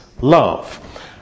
love